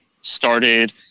started